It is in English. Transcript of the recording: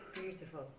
beautiful